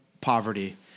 poverty